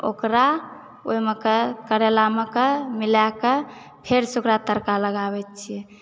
ओकरा ओहिमक करैलामऽ कऽ मिलेकऽ फेरसँ ओकरा तड़का लगाबैत छी